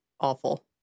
awful